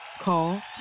Call